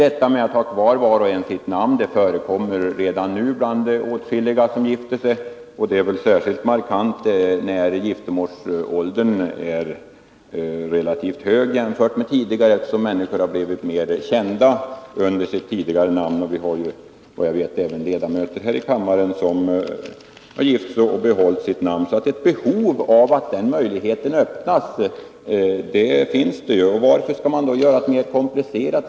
Att var och en behåller sitt namn förekommer redan nu bland åtskilliga som gifter sig, och det är särskilt markant när giftermålsåldern är relativt hög jämfört med tidigare, eftersom människor blivit mer kända under sitt namn som gift. Vi har såvitt jag vet även ledamöter av denna kammaren som har gift sig och behållit sitt namn. Ett behov av att denna möjlighet öppnas finns således. Varför skall man då göra det mera komplicerat?